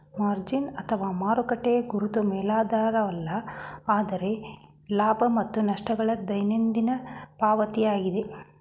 margin ಅಥವಾ ಮಾರುಕಟ್ಟೆಯ ಗುರುತು ಮೇಲಾಧಾರವಲ್ಲ ಆದ್ರೆ ಲಾಭ ಮತ್ತು ನಷ್ಟ ಗಳ ದೈನಂದಿನ ಪಾವತಿಯಾಗಿದೆ